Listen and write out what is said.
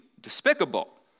despicable